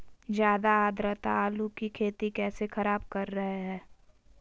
ज्यादा आद्रता आलू की खेती कैसे खराब कर रहे हैं?